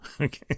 Okay